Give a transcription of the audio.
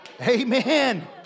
Amen